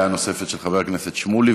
דעה נוספת של חבר הכנסת שמולי,